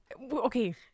Okay